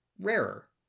rarer